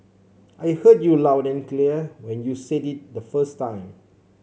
I heard you loud and clear when you said it the first time